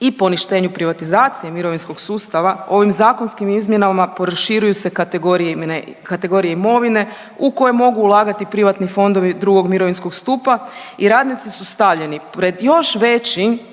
i poništenju privatizacije mirovinskog sustava ovim zakonskim izmjenama proširuju se kategorije imovine u koje mogu ulagati privatni fondovi II. mirovinskog stupa i radnici su stavljeni pred još veći